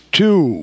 two